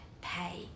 pay